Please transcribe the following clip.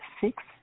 six